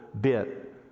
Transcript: bit